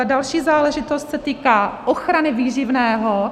Další záležitost se týká ochrany výživného.